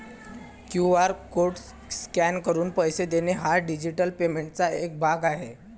QR code scan करून पैसे देणे हा डिजिटल पेमेंटचा एक भाग आहे